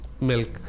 milk